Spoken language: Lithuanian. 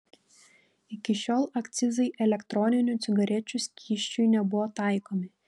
iki šiol akcizai elektroninių cigarečių skysčiui nebuvo taikomi